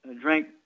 drank